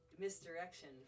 misdirection